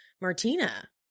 martina